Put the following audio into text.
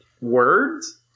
words